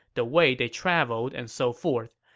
the way they traveled, and so forth.